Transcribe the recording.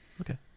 Okay